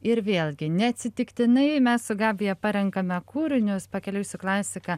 ir vėlgi neatsitiktinai mes su gabija parenkame kūrinius pakeliui su klasika